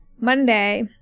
Monday